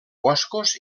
boscos